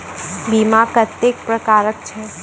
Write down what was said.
बीमा कत्तेक प्रकारक छै?